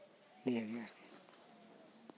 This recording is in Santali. ᱱᱤᱭᱟᱹ ᱜᱮ